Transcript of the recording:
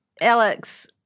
Alex